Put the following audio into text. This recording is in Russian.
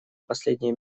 последние